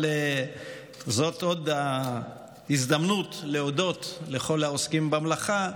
אבל זאת הזדמנות להודות לכל העוסקים במלאכה,